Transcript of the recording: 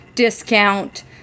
Discount